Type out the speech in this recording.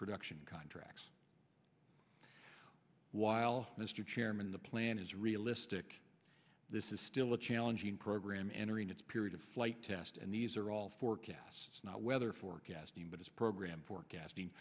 production contracts while mr chairman the plan is realistic this is still a challenging program entering its period of flight test and these are all forecasts not weather forecasting but as program forecasting